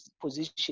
position